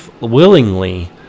willingly